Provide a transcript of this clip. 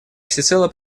всецело